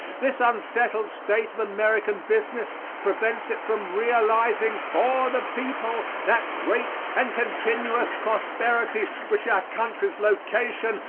this unsettled state of american business prevents it from realizing for the people that great and continuous prosperity which our country's location,